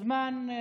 הזמן קצר.